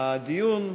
הדיון,